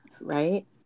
right